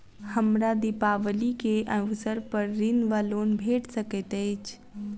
हमरा दिपावली केँ अवसर पर ऋण वा लोन भेट सकैत अछि?